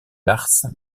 lars